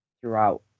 throughout